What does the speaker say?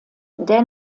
der